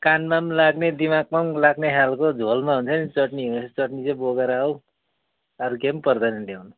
कानमा पनि लाग्ने धिमागमा पनि लाग्ने खालको झोलमा हुन्छ नि चटनी हो यस्तो चटनी चाहिँ बोकेर आऊ अरु के पनि पर्दैन ल्याउनु